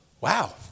Wow